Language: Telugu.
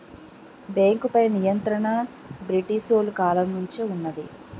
బేంకుపై నియంత్రణ బ్రిటీసోలు కాలం నుంచే వున్నది